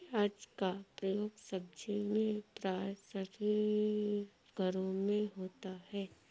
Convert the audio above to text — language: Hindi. प्याज का प्रयोग सब्जी में प्राय सभी घरों में होता है